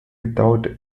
without